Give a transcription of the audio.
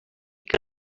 que